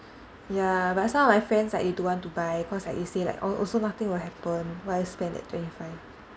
ya but some of my friends like they don't want to buy cause like they say like oh also nothing will happen why I spend that twenty five